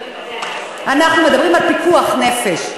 אנחנו מדברים על פיקוח נפש,